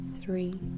three